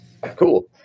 Cool